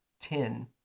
ten